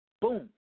Boom